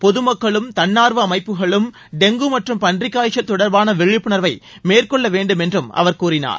பொதுமக்களும் தன்னார்வ அமைப்புகளும் டெங்கு மற்றும் பன்றிக்காய்ச்சல் தொடர்பான விழிப்புணர்வை மேற்கொள்ள வேண்டும் என்றும் அவர் கூறினார்